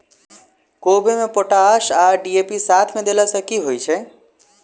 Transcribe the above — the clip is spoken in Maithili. कोबी मे पोटाश आ डी.ए.पी साथ मे देला सऽ की होइ छै?